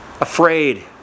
afraid